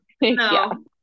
No